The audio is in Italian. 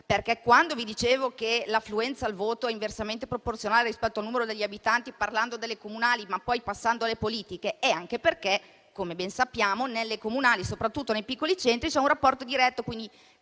quando vi dicevo che l'affluenza al voto è inversamente proporzionale al numero degli abitanti, parlando delle comunali, ma poi passando alle politiche, è anche perché - come ben sappiamo - nelle comunali, soprattutto nei piccoli centri, c'è un rapporto diretto: